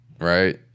right